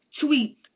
tweet